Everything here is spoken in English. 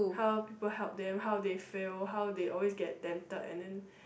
how people help them how they fail how they always get tempted and then